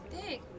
big